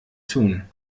tun